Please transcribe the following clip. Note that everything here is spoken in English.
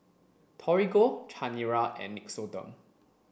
Torigo Chanira and Nixoderm